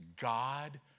God